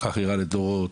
חכירה לדורות,